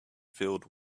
filled